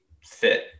fit